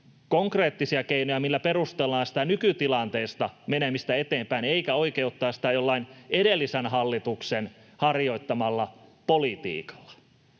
konkreettisia keinoja, millä perustellaan siitä nykytilanteesta eteenpäin menemistä, eikä oikeuttaa sitä jollain edellisen hallituksen harjoittamalla politiikalla.